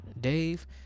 Dave